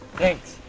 thanks.